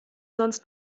sonst